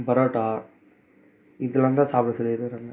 பரோட்டா இதலாந்தான் சாப்பிட சொல்லி இருக்கிறாங்க